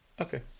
okay